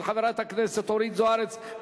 של חברת הכנסת אורית זוארץ,